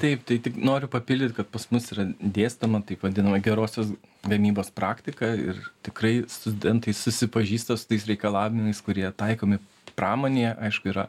taip tai tik noriu papildyti kad pas mus yra dėstoma taip vadinama gerosios gamybos praktika ir tikrai studentai susipažįsta su tais reikalavimais kurie taikomi pramonėje aišku yra